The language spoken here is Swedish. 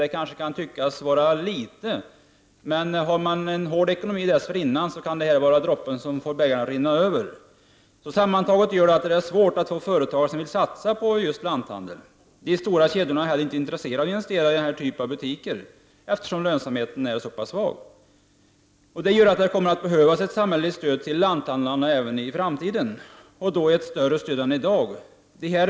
Det kanske kan tyckas vara en liten summa. Om man har en hård ekonomi dessförinnan kan det här dock vara droppen som får bägaren att rinna över. Sammantaget gör detta att det är svårt att få företagare att satsa på just lanthandel. De stora kedjorna är inte intresserade av att investera i den här typen av butiker, eftersom lönsamheten är så pass liten. Det kommer således att behövas ett samhälleligt stöd till lanthandlarna även i framtiden. Det kommer att krävas ett större stöd än i dag.